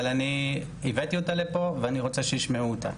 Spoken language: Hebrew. אבל אני הבאתי אותה לפה ואני רוצה שישמעו אותה,